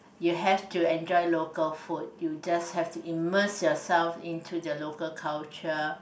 you have to enjoy local food you just have to immerse yourself into the local culture